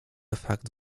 fakt